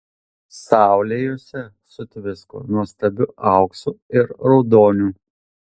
saulė juose sutvisko nuostabiu auksu ir raudoniu